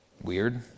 weird